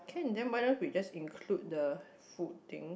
can then why don't we just include the food thing